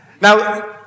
Now